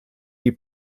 die